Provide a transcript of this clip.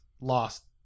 lost